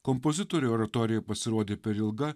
kompozitoriui oratorija pasirodė per ilga